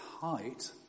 height